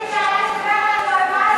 לדבר על התועבה.